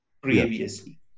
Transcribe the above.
previously